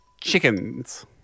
Chickens